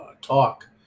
talk